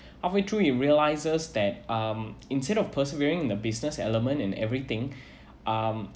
halfway through he realizes that um instead of persevering the business element and everything um